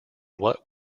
what